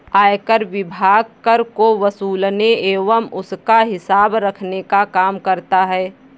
आयकर विभाग कर को वसूलने एवं उसका हिसाब रखने का काम करता है